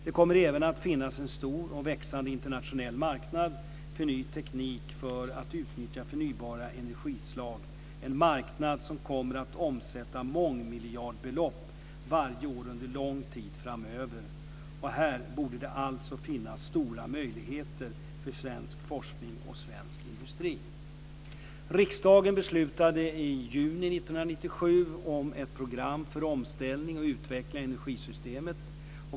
Det kommer även att finnas en stor och växande internationell marknad för ny teknik för att utnyttja förnybara energislag, en marknad som kommer att omsätta mångmiljardbelopp varje år under lång tid framöver. Här borde det alltså finnas stora möjligheter för svensk forskning och svensk industri.